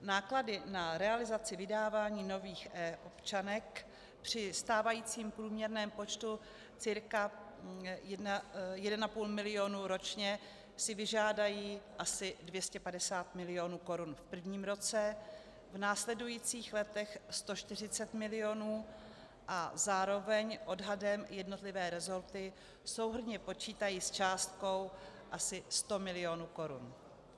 Náklady na realizaci vydávání nových občanek při stávajícím průměrném počtu cca 1,5 milionu ročně si vyžádají asi 250 milionů korun v prvním roce, v následujících letech 140 milionů a zároveň odhadem jednotlivé resorty souhrnně počítají s částkou asi 100 milionů korun.